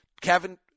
Kevin